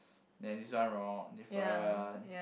then this one wrong different